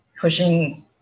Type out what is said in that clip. pushing